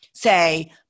say